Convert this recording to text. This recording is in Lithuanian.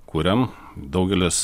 kuriam daugelis